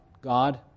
God